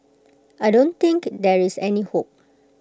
I don't think there is any hope